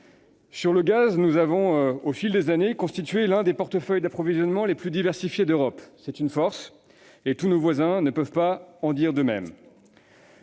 le gaz, nous avons constitué au fil des années l'un des portefeuilles d'approvisionnement les plus diversifiés d'Europe. C'est une force ; tous nos voisins ne peuvent pas en dire de même.